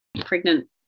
pregnant